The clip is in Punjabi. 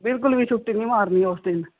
ਬਿਲਕੁਲ ਵੀ ਛੁੱਟੀ ਨਹੀਂ ਮਾਰਨੀ ਉਸ ਦਿਨ